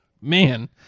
man